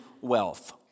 wealth